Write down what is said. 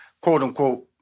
quote-unquote